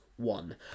One